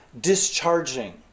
discharging